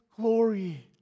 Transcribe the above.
glory